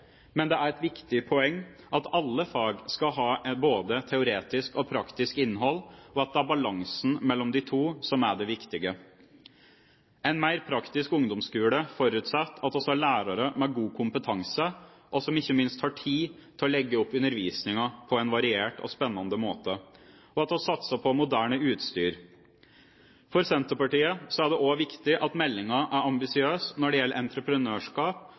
men det er et viktig poeng at alle fag skal ha både teoretisk og praktisk innhold, og at det er balansen mellom de to som er det viktige. En mer praktisk ungdomsskole forutsetter at vi har lærere med god kompetanse, som, ikke minst, har tid til å legge opp undervisningen på en variert og spennende måte, og at vi satser på moderne utstyr. For Senterpartiet er det også viktig at meldingen er ambisiøs når det gjelder entreprenørskap